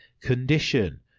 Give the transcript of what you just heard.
condition